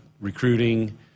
recruiting